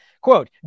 Quote